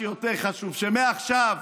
אבל מה שיותר חשוב זה שמעכשיו,